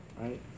Right